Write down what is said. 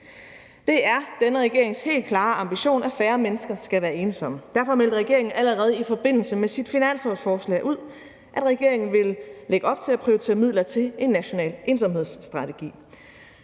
Det er denne regerings helt klare ambition, at færre mennesker skal være ensomme. Derfor meldte regeringen allerede i forbindelse med sit finanslovsforslag ud, at regeringen ville lægge op til at prioritere midler til en national ensomhedsstrategi.